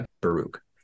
Baruch